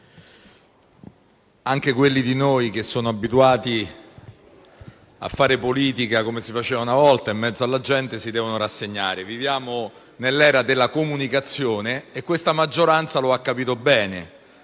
anche quelli di noi che sono abituati a fare politica come si faceva una volta, in mezzo alla gente, si devono rassegnare. Viviamo nell'era della comunicazione e questa maggioranza lo ha capito bene